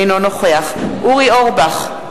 אינו נוכח אורי אורבך,